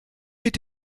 mit